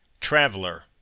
Traveler